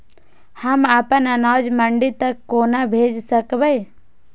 हम अपन अनाज मंडी तक कोना भेज सकबै?